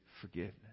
Forgiveness